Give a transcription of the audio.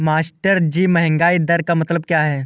मास्टरजी महंगाई दर का मतलब क्या है?